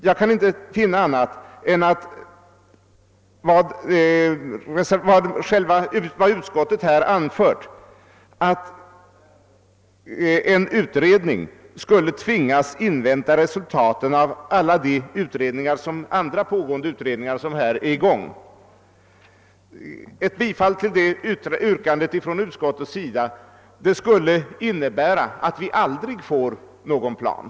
Jag kan inte finna annat än att en anslutning till utskottets uttalande, att en utredning skulle tvingas invänta resultaten av andra pågående utredningar, skulle innebära att vi aldrig får någon plan.